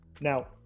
Now